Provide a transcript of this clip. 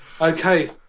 Okay